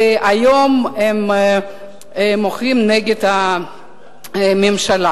והיום הם מוחים נגד הממשלה?